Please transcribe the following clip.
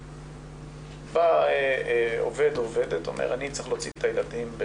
בא עובד ואומר אני צריך להוציא את הילדים,